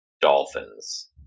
Dolphins